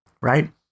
right